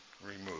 remove